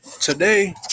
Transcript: today